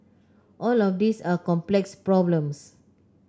all of these are complex problems